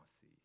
see